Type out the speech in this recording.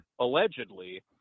allegedly